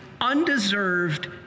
undeserved